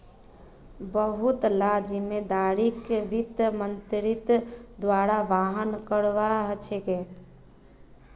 बहुत ला जिम्मेदारिक वित्त मन्त्रीर द्वारा वहन करवा ह छेके